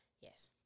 Yes